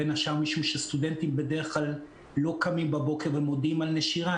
בין השאר משום שסטודנטים בדרך כלל לא קמים בבוקר ומודיעים על נשירה,